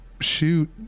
Shoot